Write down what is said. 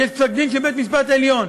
כי יש פסק-דין של בית-המשפט העליון,